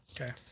Okay